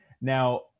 now